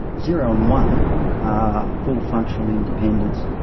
zero and one are full functional independence,